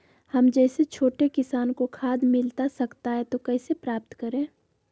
हम जैसे छोटे किसान को खाद मिलता सकता है तो कैसे प्राप्त करें?